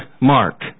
Mark